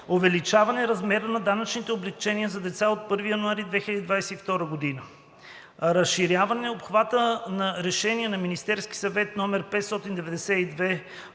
увеличаване размера на данъчните облекчения за деца от 1 януари 2022 г.; - разширяване обхвата на Решение на Министерски съвет № 592/2018